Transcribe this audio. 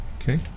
okay